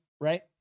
Right